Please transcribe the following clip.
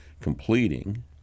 completing